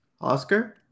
Oscar